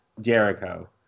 Jericho